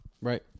Right